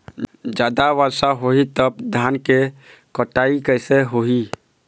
जादा वर्षा होही तब धान के कटाई कैसे होही?